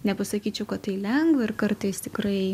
nepasakyčiau kad tai lengva ir kartais tikrai